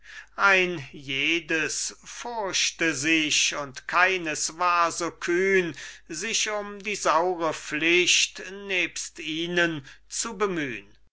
ein jedes furchte sich und keines war so kühn sich um die saure pflicht nebst ihnen zu bemühn